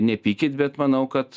nepykit bet manau kad